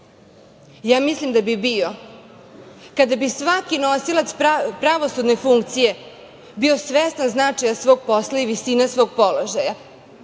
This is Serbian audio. mislim da bi bio kada bi svaki nosilac pravosudne funkcije bio svestan značaja svog posla i visine svog položaja,